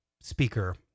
speaker